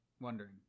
wondering